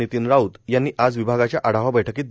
नितीन राऊत यांनी आज विभागाच्या आढावा बष्ठकीत दिले